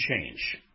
change